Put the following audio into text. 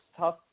tough